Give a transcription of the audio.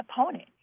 opponent